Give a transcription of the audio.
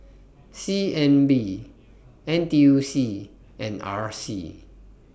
C N B N T U C and R C